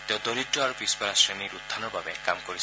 তেওঁ দৰিদ্ৰ আৰু পিছপৰা শ্ৰেণীৰ উখানৰ বাবে কাম কৰিছিল